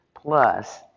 Plus